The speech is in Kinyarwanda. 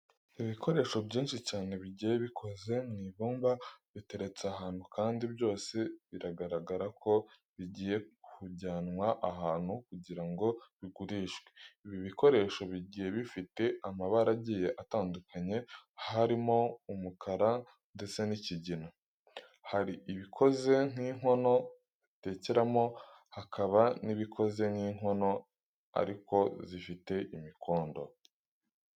Ibikoresho byinshi cyane bigiye bikoze mu ibumba biteretse ahantu kandi byose biragaragara ko bigiye kujyanwa ahantu kugira ngo bigurishwe. Ibi bikoresho bigiye bifite amabara agiye atandukanye harimo umukara ndetse n'ikigina. Hari ibikoze nk'inkono batekeramo, hakaba n'ibikoze nk'inkono ariko zifite imikondo.